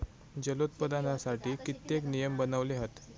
जलोत्पादनासाठी कित्येक नियम बनवले हत